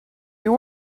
you